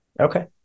Okay